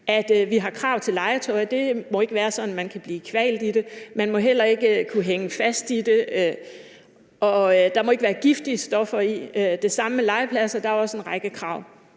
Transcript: at vi har krav til legetøj? Det må ikke være sådan, at man kan blive kvalt i det, og man må heller ikke kunne hænge fast i det. Og der må heller ikke være giftige stoffer i det. Det samme gælder for legepladser, hvor der også er en række krav.